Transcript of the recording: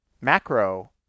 macro